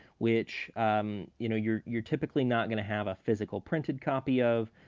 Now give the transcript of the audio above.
which you know you're you're typically not going to have a physical, printed copy of.